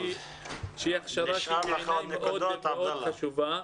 הכשרה שהיא מאוד חשובה.